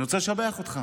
ואני רוצה לשבח אותך